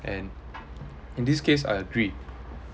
and in this case I agree